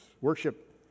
worship